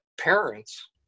parents